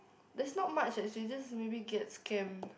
there's not much actually maybe get scammed